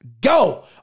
go